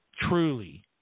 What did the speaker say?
truly